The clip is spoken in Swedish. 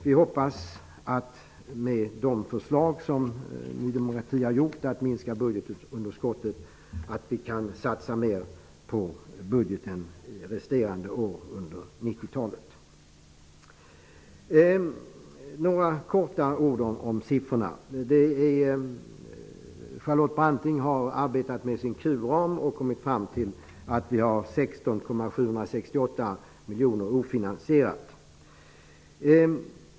Vi hoppas att det efter de förslag som Ny demokrati har lagt fram och som syftar till ett minskat budgetunderskott skall gå att satsa mera i budgetsammanhang under resten av Så till siffrorna. Charlotte Branting har arbetat med sin kulram och kommit fram till att 16,768 miljoner är ofinansierade.